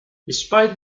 despite